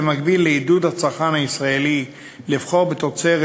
במקביל לעידוד הצרכן הישראלי לבחור בתוצרת